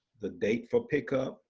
the date for pickup,